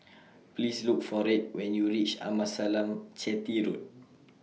Please Look For Red when YOU REACH Amasalam Chetty Road